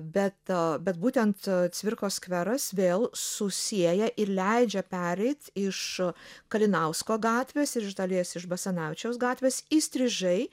be a bet būtent cvirkos skveras vėl susieja ir leidžia pereit iš kalinausko gatvės ir iš dalies iš basanavičiaus gatvės įstrižai